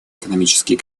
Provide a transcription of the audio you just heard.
экономический